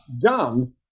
done